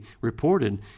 reported